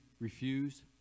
refuse